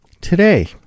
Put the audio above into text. today